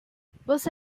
você